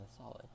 solid